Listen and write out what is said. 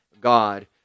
God